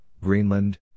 Greenland